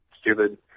stupid